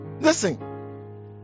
listen